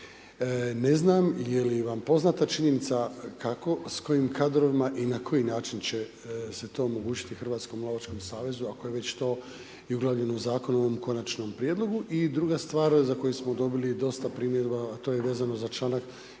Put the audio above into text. Ne znam je li vam poznata činjenica kako, s kojim kadrovima i na koji način će se to omogućiti Hrvatskom lovačkom savezu ako je već to i uglavljeno u zakonu u ovom Konačnom prijedlogu. I druga stvar za koju smo dobili i dosta primjedaba a to je vezano za članak